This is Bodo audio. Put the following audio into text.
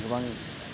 गोबां